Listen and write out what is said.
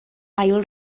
ail